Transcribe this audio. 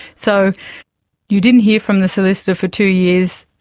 so you didn't hear from the solicitor for two years,